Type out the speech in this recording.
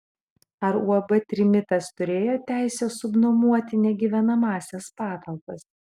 ar uab trimitas turėjo teisę subnuomoti negyvenamąsias patalpas